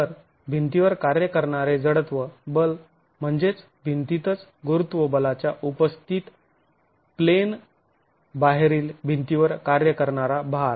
तर भिंतीवर कार्य करणारे जडत्व बल म्हणजेच भिंतीतच गुरुत्वबलाच्या उपस्थित प्लेन बाहेरील भिंतीवर कार्य करणारा भार